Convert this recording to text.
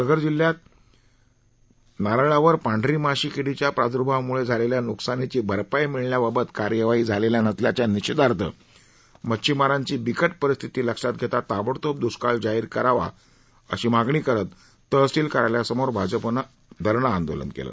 पालघर जिल्ह्यात नारळावर पांढरी माशी किडीच्या प्रादुर्भावामुळे झालेल्या नुकसानीची भरपाई मिळण्याबाबत कार्यवाही झालेली नसल्याच्या निषेधार्थ मच्छीमारांची बिकट परिस्थिती लक्षात घेता ताबडतोब दृष्काळ जाहीर करावा अशी मागणी करताना भाजपनं धरणं आंदोलन केलं